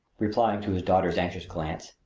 replying to his daughter's anxious glance,